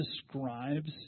describes